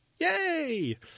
Yay